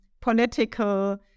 political